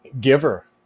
giver